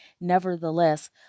Nevertheless